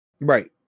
Right